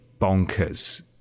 bonkers